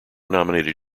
nominated